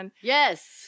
Yes